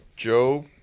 Joe